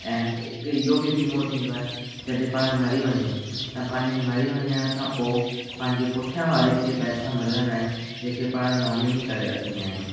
ऐं हिकु इहो बि बीमो थींदो आहे जॾहिं पाण मरी वञूं त पंहिंजे मरी वञण खां पोइ पंहिंजे पुठियां वारे खे पैसा मिलंदा आहिनि जेके पाण नॉमिनी करे रखी विया आहियूं